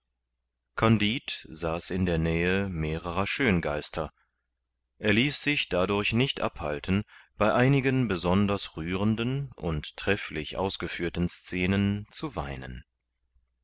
kandid saß in der nähe mehrere schöngeister er ließ sich dadurch nicht abhalten bei einigen besonders rührenden und trefflich ausgeführten scenen zu weinen